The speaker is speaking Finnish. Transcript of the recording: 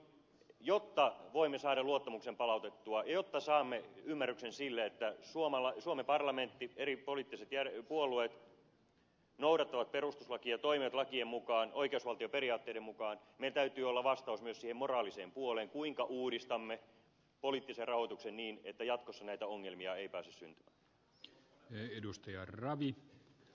jotta voimme saada luottamuksen palautettua jotta saamme ymmärryksen sille että suomen parlamentissa eri poliittiset puolueet noudattavat perustuslakia toimivat lakien mukaan oikeusvaltioperiaatteiden mukaan meillä täytyy olla vastaus myös siihen moraaliseen puoleen kuinka uudistamme poliittisen rahoituksen niin että jatkossa näitä ongelmia ei pääse syntymään